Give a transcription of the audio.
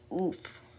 Oof